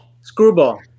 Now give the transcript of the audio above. Screwball